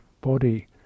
body